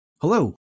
Hello